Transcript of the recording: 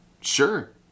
sure